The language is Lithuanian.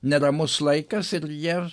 neramus laikas ir jie